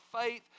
faith